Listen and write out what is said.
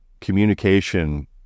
communication